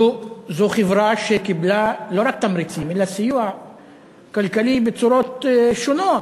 זו חברה שקיבלה מהממשלה לא רק תמריצים אלא סיוע כלכלי בצורות שונות,